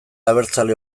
abertzale